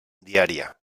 diària